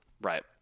Right